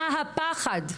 מה הפחד?